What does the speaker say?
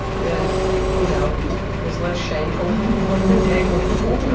that you know is less shameful than the one the day before?